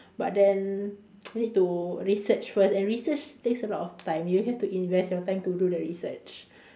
but then need to research first and research takes a lot of time you have to invest your time to do the research